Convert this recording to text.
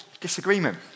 Disagreement